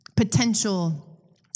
potential